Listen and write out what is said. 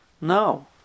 no